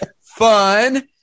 fun